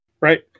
right